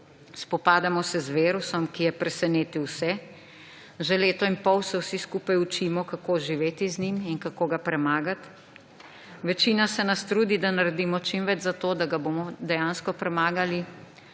Spopadamo se z virusom, ki je presenetil vse. Že leto in pol se vsi skupaj učimo, kako živiti z njim in kako ga premagati. Večina se nas trudi, da naredimo čim več za to, da ga bomo dejansko premagali.